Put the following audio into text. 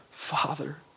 father